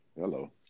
hello